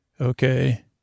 Okay